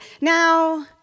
now